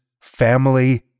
family